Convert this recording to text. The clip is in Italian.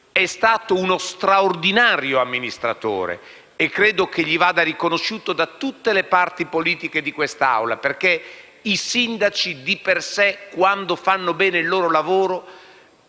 È stato uno straordinario amministratore e credo che questo gli vada riconosciuto da tutte le parti politiche di quest'Aula, perché i sindaci di per sé, quando fanno bene il loro lavoro,